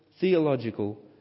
theological